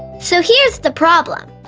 so here's the problem.